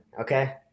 okay